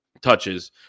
Touches